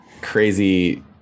crazy